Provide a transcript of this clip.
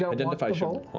yeah identify should